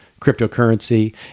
cryptocurrency